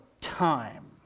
time